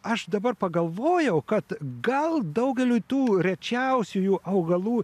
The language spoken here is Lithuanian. aš dabar pagalvojau kad gal daugeliui tų rečiausiųjų augalų